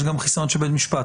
יש גם חיסיון של בית המשפט.